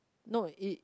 no it